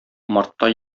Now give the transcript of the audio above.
мартта